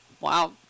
Wow